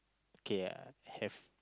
okay I have